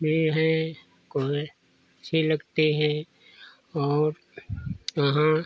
भी हैं कोयल अच्छी लगती हैं और यहाँ